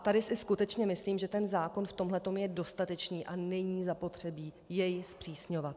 Tady si skutečně myslím, že zákon v tomhle je dostatečný a není zapotřebí jej zpřísňovat.